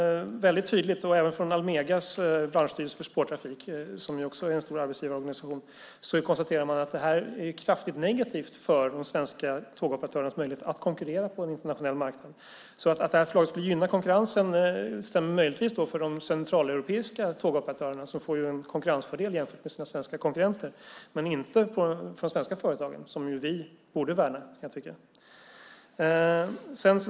Även Almegas branschstyrelse för spårtrafik, som också är en stor arbetsgivarorganisation, konstaterar att detta är kraftigt negativt för de svenska tågoperatörernas möjlighet att konkurrera på en internationell marknad. Att det här förslaget skulle gynna konkurrensen stämmer möjligtvis för de centraleuropeiska tågoperatörerna som får en konkurrensfördel jämfört med sina svenska konkurrenter men inte för de svenska företagen som jag tycker att vi borde värna.